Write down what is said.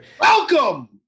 welcome